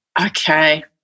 Okay